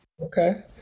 Okay